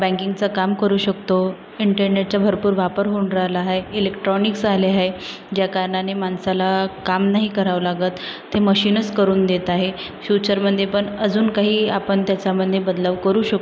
बँकिंगचं काम करू शकतो इंटरनेटचा भरपूर वापर होऊन राहिला आहे इलेक्ट्राॅनिक्स आले आहे ज्या कारणाने माणसाला काम नाही करावं लागत ते मशीनस करून देत आहे फ्यूचरमध्ये पण अजून काही आपण त्याच्यामध्ये बदलाव करू शकतो